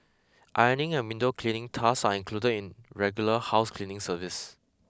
ironing and window cleaning tasks are included in regular house cleaning service